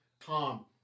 Tom